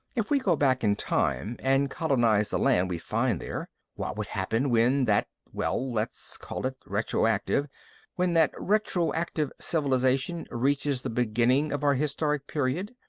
if we go back in time and colonize the land we find there, what would happen when that well, let's call it retroactive when that retroactive civilization reaches the beginning of our historic period?